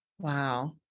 Wow